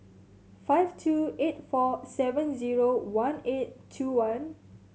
five two eight four seven zero one eight two one